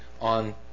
on